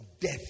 death